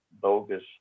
bogus